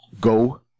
Go